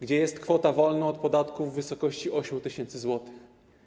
Gdzie jest kwota wolna od podatku w wysokości 8 tys. zł?